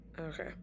Okay